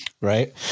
Right